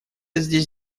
здесь